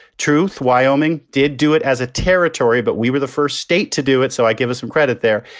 truth wyoming did do it as a territory, but we were the first state to do it. so i give us some credit there.